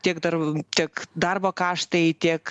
tiek dar tiek darbo kaštai tiek